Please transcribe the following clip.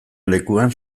lekuan